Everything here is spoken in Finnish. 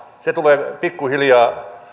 tulee pikkuhiljaa